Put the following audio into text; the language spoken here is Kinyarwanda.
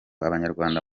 abanyarwanda